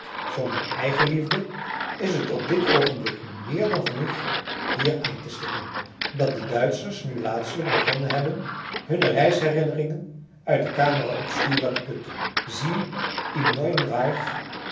voor mijne eigenliefde is het op dit oogenblik meer dan genoeg hier aan te stippen dat de duitschers nu laatstelijk begonnen hebben ook hunne reisherinnerinqen uit de camera obscura te putten